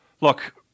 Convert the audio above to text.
Look